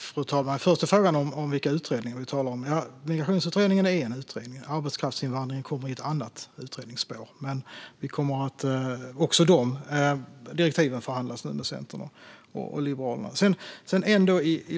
Fru talman! När det gäller frågan om vilka utredningar vi talar om är migrationsutredningen en av dem. Arbetskraftsinvandring kommer i ett annat utredningsspår, men också de direktiven förhandlas nu med Centerpartiet och Liberalerna.